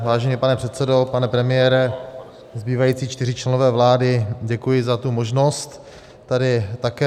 Vážený pane předsedo, pane premiére, zbývající čtyři členové vlády, děkuji za tu možnost tady dnes také vystoupit.